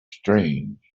strange